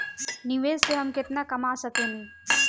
निवेश से हम केतना कमा सकेनी?